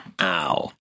Ow